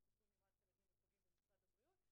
יום שמובילה חברת הכנסת אורלי לוי אבקסיס,